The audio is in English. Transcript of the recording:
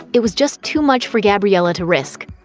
it was just too much for gabriella to risk.